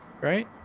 Right